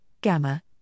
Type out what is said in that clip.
gamma